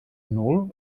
nul